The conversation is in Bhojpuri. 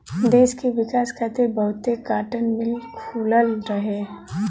देस के विकास खातिर बहुते काटन मिल खुलल रहे